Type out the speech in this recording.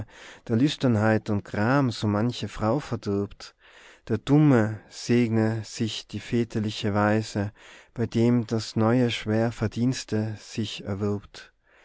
da lüsternheit und gram so manche frau verdirbt der dumme segne sich die väterliche weise bei dem das neue schwer verdienste sich erwirbt